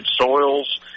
soils